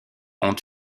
ont